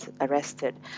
arrested